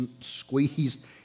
squeezed